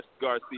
Garcia